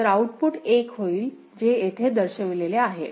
तर आऊटपुट 1 होईल जे येथे दर्शविलेले आहे